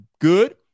good